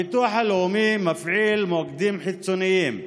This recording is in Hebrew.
הביטוח הלאומי מפעיל מוקדים חיצוניים,